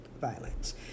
violence